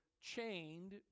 chained